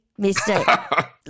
Mr